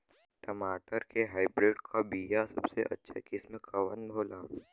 टमाटर के हाइब्रिड क बीया सबसे अच्छा किस्म कवन होला?